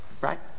Right